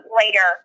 later